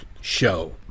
show